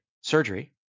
surgery